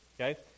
Okay